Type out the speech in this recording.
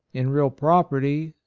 in real property,